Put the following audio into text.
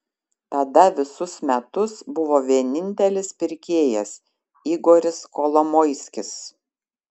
tada visus metus buvo vienintelis pirkėjas igoris kolomoiskis